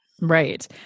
Right